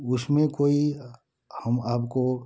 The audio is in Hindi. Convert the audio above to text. उसमें कोई हम आपको